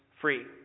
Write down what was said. free